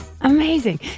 Amazing